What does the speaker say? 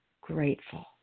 grateful